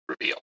reveal